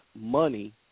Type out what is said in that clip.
money